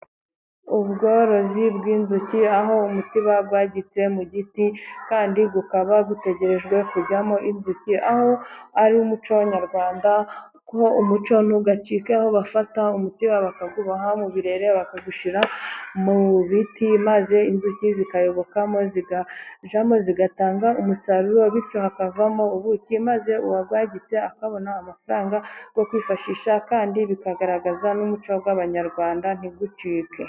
ubworozi bw'inzuki, aho umutiba bawuhagitse mu giti, kandi ukaba utegerejwe kujyamo inzuki. aho ari umuco nyarwanda. Umuco ntugacike, aho bafata umutiba bakawuboha mu birere bakawushyira mu biti maze inzuki zikayobokamokamo zigatanga umusaruro. Bityo hakavamo ubuki maze uwawuhagitse akabona amafaranga yo kwifashisha. Kandi bikagaragaza n'umuco bw'abanyarwanda ntigucike.